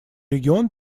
регион